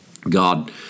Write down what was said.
God